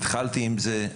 התחלתי עם זה,